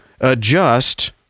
adjust